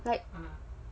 like